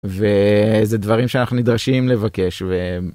איזה דברים שאנחנו נדרשים לבקש.